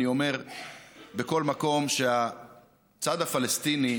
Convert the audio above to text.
אני אומר בכל מקום שהצד הפלסטיני,